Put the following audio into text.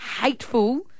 hateful